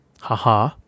haha